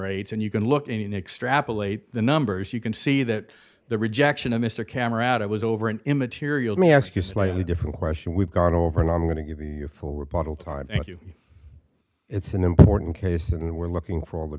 rates and you can look in an extrapolation the numbers you can see that the rejection of mr kamerad it was over an immaterial me ask you slightly different question we've gone over and i'm going to give you your full we're bottle time it's an important case and we're looking for all the